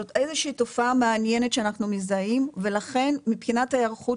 זאת איזושהי תופעה מעניינת שאנחנו מזהים ולכן מבחינת ההיערכות